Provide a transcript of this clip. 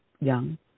Young